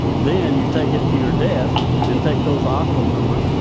then you take it to your desk and take those octal numbers,